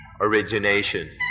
origination